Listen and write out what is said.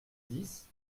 dix